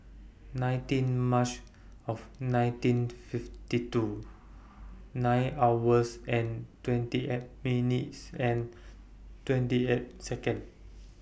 nineteen March of nineteen fifty two nine hours and twenty eight minutes and twenty eight Second